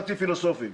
חצי פילוסופיים.